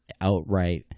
outright